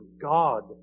God